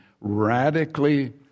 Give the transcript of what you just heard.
Radically